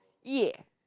ya